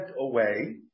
away